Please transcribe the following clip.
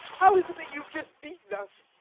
how is it that you've just beaten us?